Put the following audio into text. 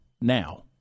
Now